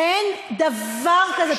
אין דבר כזה.